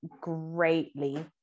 greatly